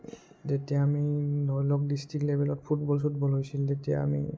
যেতিয়া আমি ধৰি লওক ডিষ্ট্ৰিক্ট লেভেলত ফুটবল চুটবল হৈছিল তেতিয়া আমি